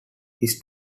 his